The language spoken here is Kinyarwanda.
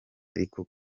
ariko